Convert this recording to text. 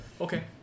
Okay